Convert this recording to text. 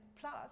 plus